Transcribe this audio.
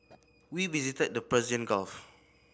we visited the Persian Gulf